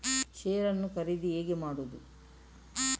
Share ನ್ನು ಖರೀದಿ ಹೇಗೆ ಮಾಡುವುದು?